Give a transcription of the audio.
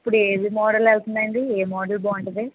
ఇప్పుడు ఏది మోడల్ వెళ్తుందండి ఏ మోడల్ బాగుంటుంది